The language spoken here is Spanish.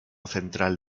central